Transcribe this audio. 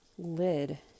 lid